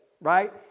right